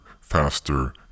faster